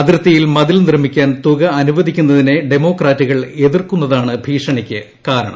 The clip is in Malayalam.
അതിർത്തിയിൽ മതിൽ നിർമ്മിക്കാൻ തുക അനുവദിക്കുന്നതിനെ ഡെമോക്രാറ്റുകൾ എതിർക്കുന്നതാണ് ഭീഷണിക്ക് കാരണം